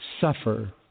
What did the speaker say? suffer